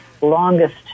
longest